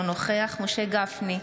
אינו נוכח משה גפני,